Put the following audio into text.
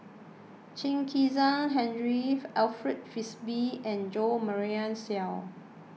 Chen Kezhan Henri Alfred Frisby and Jo Marion Seow